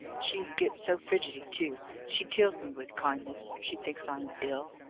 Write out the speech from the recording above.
she'd get so fidgety, too she kills me with kindness, if she thinks i am ill.